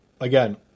again